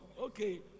Okay